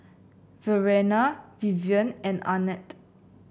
Verena Vivien and Arnett